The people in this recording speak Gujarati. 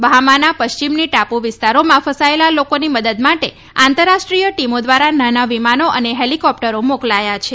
બહામાના પશ્ચિમની ટાપુ વિસ્તારોમાં ફસાથેલા લોકોની મદદ માટે આંતરરાષ્ટ્રીય ટીમો દ્વારા નાના વિમાનો અને હેલિકોપ્ટરો મોકલાયા છે